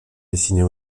destinait